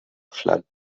flood